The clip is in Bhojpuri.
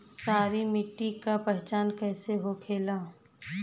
सारी मिट्टी का पहचान कैसे होखेला?